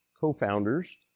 co-founders